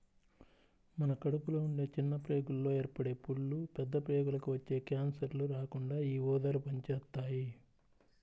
మన కడుపులో ఉండే చిన్న ప్రేగుల్లో ఏర్పడే పుళ్ళు, పెద్ద ప్రేగులకి వచ్చే కాన్సర్లు రాకుండా యీ ఊదలు పనిజేత్తాయి